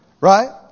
Right